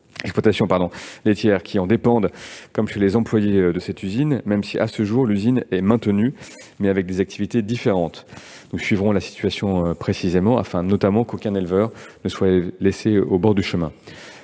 laitières qui en dépendent, comme pour les employées de cette usine, même si, à ce jour, l'usine est maintenue, mais avec des activités différentes. Nous suivrons la situation avec rigueur, afin qu'aucun éleveur ne soit laissé au bord du chemin.